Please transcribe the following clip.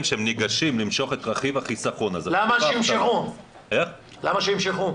שהם ניגשים למשוך את רכיב החיסכון הזה --- למה שימשכו?